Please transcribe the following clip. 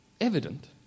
Evident